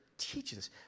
teaches